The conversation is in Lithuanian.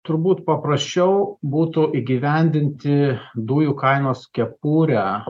turbūt paprasčiau būtų įgyvendinti dujų kainos kepurę